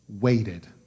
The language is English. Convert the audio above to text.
waited